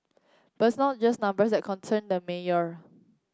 but it's not just numbers that concern the mayor